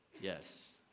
Yes